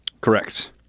Correct